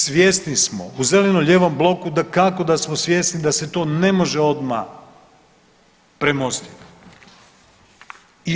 Svjesni smo u zeleno-lijevom bloku, dakako da smo svjesni da se to ne može odmah premostiti.